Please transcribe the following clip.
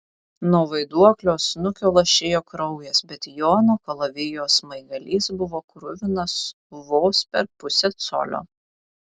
nuo vaiduoklio snukio lašėjo kraujas bet jono kalavijo smaigalys buvo kruvinas vos per pusę colio